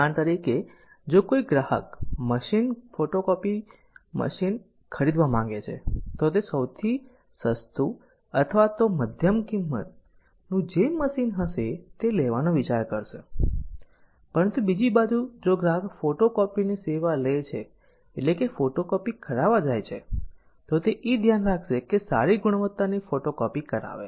ઉદાહરણ તરીકે જો કોઈ ગ્રાહક મશીન ફોટોકોપી મશીન ખરીદવા માંગે છે તો તે સૌથી સસ્તું અથવા તો મધ્યમ કિમ્મત નું જે મશીન હસે તે લેવા નો વિચાર કરશે પરંતુ બીજી બાજુ જો ગ્રાહક ફોટોકોપી ની સેવા લે છે એટલેકે ફોટોકોપી કરાવા જાય છે તો તે ઇ ધ્યાન રાખશે કે સારી ગુણવત્તા ની ફોટોકોપી કરાવે